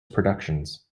productions